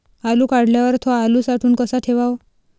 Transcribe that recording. आलू काढल्यावर थो आलू साठवून कसा ठेवाव?